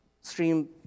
stream